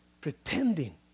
pretending